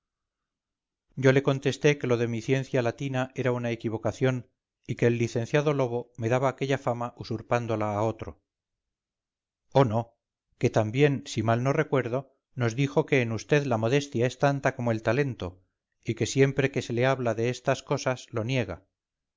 yo le contesté que lo de mi ciencia latina era una equivocación y que el licenciado lobo me daba aquella fama usurpándola a otro oh no que también si mal no recuerdo nos dijo que en vd la modestia es tanta como el talento y que siempre que se le habla de estas cosas lo niega